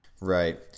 Right